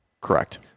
Correct